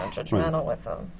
judgmental with them,